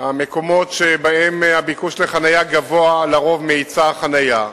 מקומות שבהם הביקוש לחנייה גבוה לרוב מהיצע החנייה.